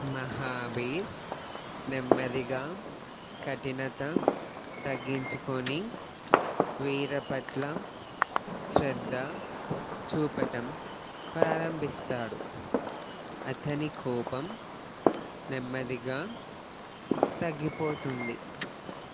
మహాబీర్ నెమ్మదిగా కఠినత తగ్గించుకొని వీరా పట్ల శ్రద్ధ చూపటం ప్రారంభిస్తాడు అతని కోపం నెమ్మదిగా తగ్గిపోతుంది